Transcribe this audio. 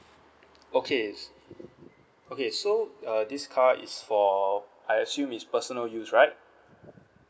okay okay so uh this car is for I assume is personal use right